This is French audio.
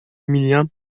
millien